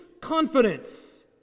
confidence